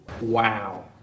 Wow